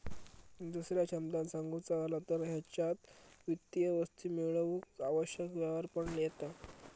दुसऱ्या शब्दांत सांगुचा झाला तर हेच्यात वित्तीय वस्तू मेळवूक आवश्यक व्यवहार पण येता